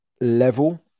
level